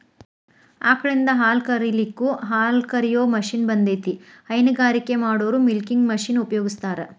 ಆಕಳಿಂದ ಹಾಲ್ ಕರಿಲಿಕ್ಕೂ ಹಾಲ್ಕ ರಿಯೋ ಮಷೇನ್ ಬಂದೇತಿ ಹೈನಗಾರಿಕೆ ಮಾಡೋರು ಮಿಲ್ಕಿಂಗ್ ಮಷೇನ್ ಉಪಯೋಗಸ್ತಾರ